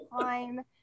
time